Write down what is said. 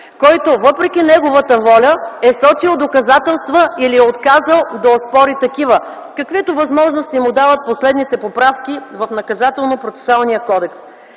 който въпреки неговата воля, е сочил доказателства или е отказал да оспори такива, каквито възможности му дават последните поправки в Наказателно-процесуалния кодекс.